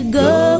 go